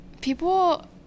people